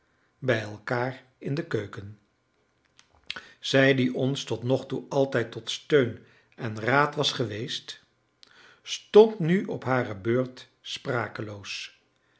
bij elkaar in de keuken zij die ons tot nogtoe altijd tot steun en raad was geweest stond nu op hare beurt sprakeloos